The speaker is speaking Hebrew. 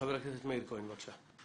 חבר הכנסת מאיר כהן, בבקשה.